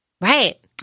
Right